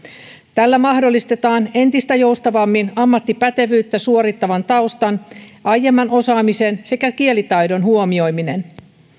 tällä mahdollistetaan entistä joustavammin ammattipätevyyttä suorittavan taustan aiemman osaamisen sekä kielitaidon huomioiminen